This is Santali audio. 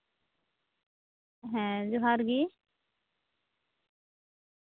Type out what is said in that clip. ᱦᱮᱸ ᱡᱚᱦᱟᱨ ᱜᱮ